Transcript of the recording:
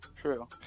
True